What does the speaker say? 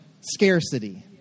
scarcity